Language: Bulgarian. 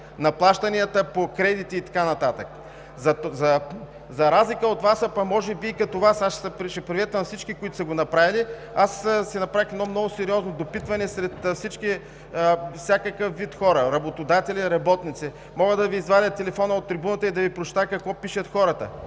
на плащанията по кредити и така нататък? За разлика от Вас, а може би и като Вас, аз ще приветствам всички, които са го направили. Аз направих едно много сериозно допитване сред всякакъв вид хора – работодатели, работници. Мога да си извадя телефона и от трибуната да Ви прочета какво пишат хората.